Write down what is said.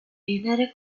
venere